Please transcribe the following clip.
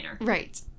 Right